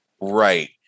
Right